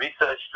research